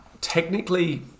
technically